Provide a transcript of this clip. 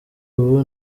ubu